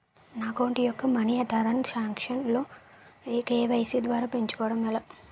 నా అకౌంట్ యెక్క money transaction లు కే.వై.సీ ద్వారా పెంచుకోవడం ఎలా?